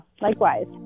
likewise